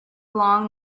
long